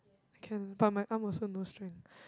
can but my arm also no strength